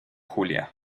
julia